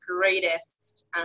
greatest